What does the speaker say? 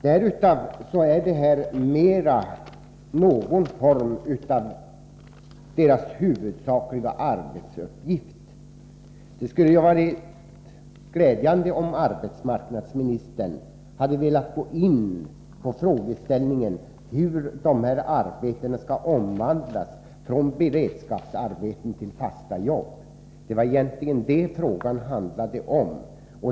Detta visar att beredskapsarbete mera varit någon form av huvudarbetsuppgift. Det skulle ha varit glädjande om arbetsmarknadsministern hade velat gå in på frågeställningen hur de här arbetena skulle omvandlas till fasta jobb. Det var egentligen detta min fråga handlade om.